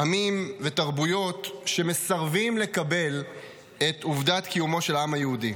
עמים ותרבויות שמסרבים לקבל את עובדת קיומו של העם היהודי.